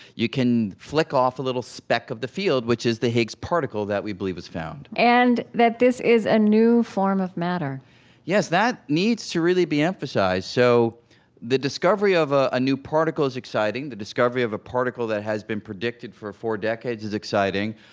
you can flick off a little speck of the field, which is the higgs particle that we believe is found and that this is a new form of a matter yes, that needs to really be emphasized. so the discovery of a a new particle is exciting. the discovery of a particle that has been predicted for four decades is exciting.